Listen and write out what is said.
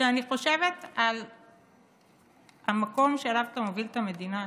כשאני חושבת על המקום שאליו אתה מוביל את המדינה,